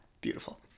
beautiful